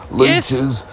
leeches